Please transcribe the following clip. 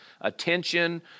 attention